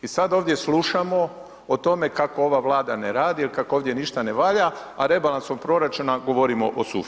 I sad ovdje slušamo o tome kako ova Vlada ne radi jer kako ovdje ništa ne valja, a rebalansom proračuna govorimo o suficitu.